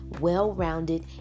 well-rounded